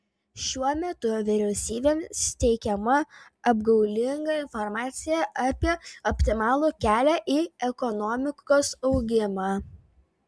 šiuo metu vyriausybėms teikiama apgaulinga informacija apie optimalų kelią į ekonomikos augimą